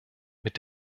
mit